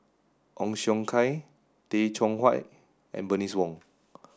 Ong Siong Kai Tay Chong Hai and Bernice Wong